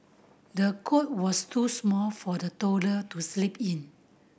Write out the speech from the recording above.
the cot was too small for the toddler to sleep in